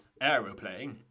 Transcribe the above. aeroplane